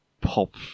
pop